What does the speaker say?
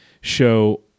show